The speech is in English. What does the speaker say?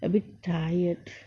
a bit tired